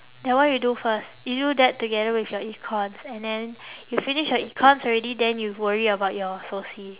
that one you do first you do that together with your econs and then you finish your econs already then you worry about your soci